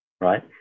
right